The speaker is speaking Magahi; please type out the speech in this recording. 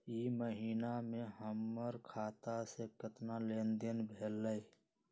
ई महीना में हमर खाता से केतना लेनदेन भेलइ?